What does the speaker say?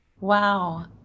Wow